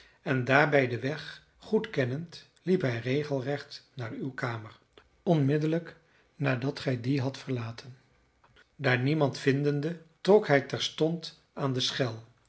en daarbij den weg goed kennend liep hij regelrecht naar uw kamer onmiddellijk nadat gij die hadt verlaten daar niemand vindende trok hij terstond aan de schel